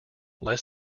less